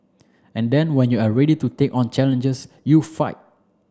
and then when you're ready to take on challenges you fight